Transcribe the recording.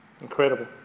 Incredible